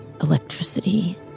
electricity